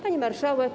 Pani Marszałek!